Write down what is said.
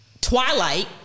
Twilight